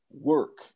work